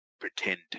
Pretend